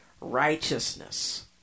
righteousness